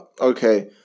Okay